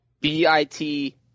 B-I-T